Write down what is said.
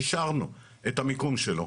אישרנו את המיקום שלו.